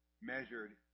measured